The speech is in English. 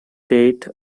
date